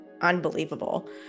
unbelievable